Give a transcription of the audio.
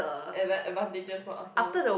advan~ advantages for us now